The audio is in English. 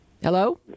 Hello